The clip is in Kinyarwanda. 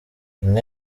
inka